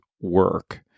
work